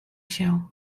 się